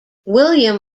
william